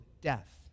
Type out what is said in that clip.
death